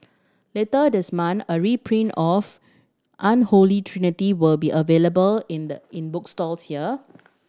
later this month a reprint of Unholy Trinity will be available in the in bookstores here